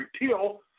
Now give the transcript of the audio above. repeal